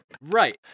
Right